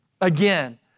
again